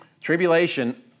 Tribulation